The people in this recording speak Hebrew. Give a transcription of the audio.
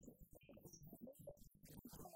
של הרב הראשי, זה חלק מהרבנות כעקרון